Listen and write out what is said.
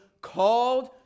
called